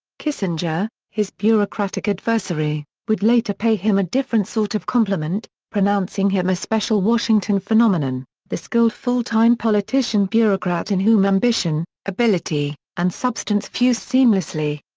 kissinger, his bureaucratic adversary, would later pay him a different sort of compliment, pronouncing him a special washington phenomenon the skilled full-time politician-bureaucrat in whom ambition, ability, and substance fuse seamlessly.